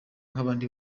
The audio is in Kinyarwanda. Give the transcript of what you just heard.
nk’abandi